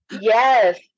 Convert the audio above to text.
Yes